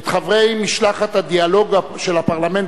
את חברי משלחת הדיאלוג של הפרלמנט